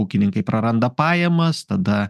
ūkininkai praranda pajamas tada